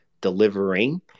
delivering